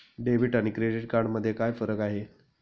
Debit आणि credit card मध्ये काय फरक आहे?